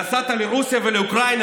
נסעת לרוסיה ולאוקראינה,